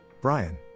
Brian